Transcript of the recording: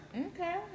Okay